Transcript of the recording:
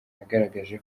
yagaragaje